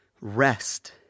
rest